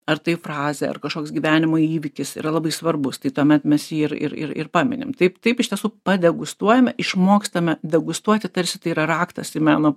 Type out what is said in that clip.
ar tai frazė ar kažkoks gyvenimo įvykis yra labai svarbus tai tuomet mes jį ir ir ir ir paminim taip taip iš tiesų padegustuojame išmokstame degustuoti tarsi tai yra raktas į meno